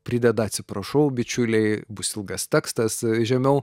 prideda atsiprašau bičiuliai bus ilgas tekstas žemiau